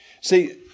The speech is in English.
See